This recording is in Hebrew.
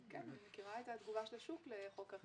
אני מכירה את התגובה של השוק לחוק האכיפה המינהלית.